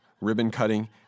ribbon-cutting